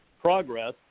progress